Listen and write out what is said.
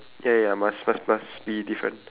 ya ya ya must must must be different